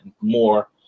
more